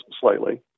slightly